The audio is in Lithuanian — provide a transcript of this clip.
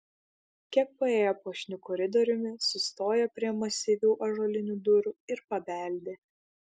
kiek paėję puošniu koridoriumi sustojo prie masyvių ąžuolinių durų ir pabeldė